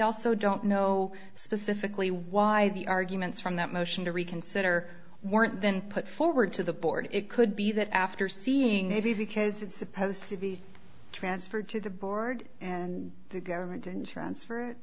also don't know specifically why the arguments from that motion to reconsider weren't been put forward to the board it could be that after seeing maybe because it's supposed to be transferred to the board and the government didn't transfer